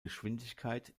geschwindigkeit